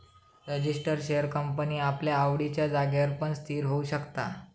register share company आपल्या आवडिच्या जागेर पण स्थिर होऊ शकता